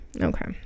okay